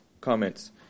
comments